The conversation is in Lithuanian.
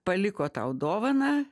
paliko tau dovaną